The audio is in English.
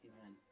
Amen